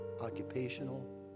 occupational